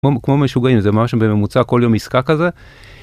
כמו משוגעים זה מה שבממוצע כל יום עסקה כזה.